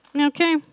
Okay